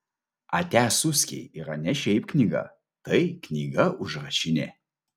atia suskiai yra ne šiaip knyga tai knyga užrašinė